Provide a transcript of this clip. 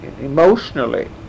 emotionally